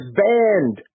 banned